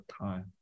time